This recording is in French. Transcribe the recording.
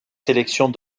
sélections